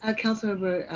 ah councilmember,